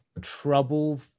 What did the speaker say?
trouble